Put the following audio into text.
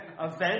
event